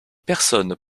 personnes